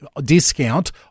discount